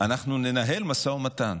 אנחנו ננהל משא ומתן.